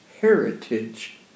heritage